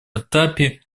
этапе